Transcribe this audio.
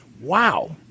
wow